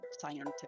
scientific